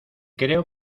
creo